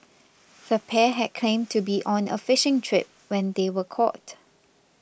the pair had claimed to be on a fishing trip when they were caught